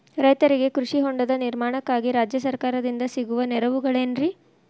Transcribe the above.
ರೈತರಿಗೆ ಕೃಷಿ ಹೊಂಡದ ನಿರ್ಮಾಣಕ್ಕಾಗಿ ರಾಜ್ಯ ಸರ್ಕಾರದಿಂದ ಸಿಗುವ ನೆರವುಗಳೇನ್ರಿ?